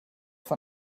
von